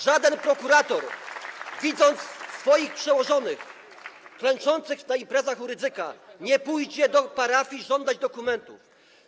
Żaden prokurator, widząc swoich przełożonych klęczących na imprezach u Rydzyka, nie pójdzie do parafii żądać dokumentów.